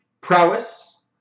prowess